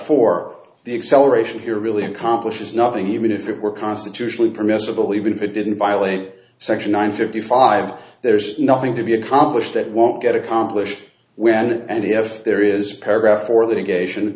paragraph or the acceleration here really accomplishes nothing even if it were constitutionally permissible even if it didn't violate section nine fifty five there's nothing to be accomplished that won't get accomplished when and if there is a paragraph or